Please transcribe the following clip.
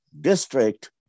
district